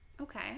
Okay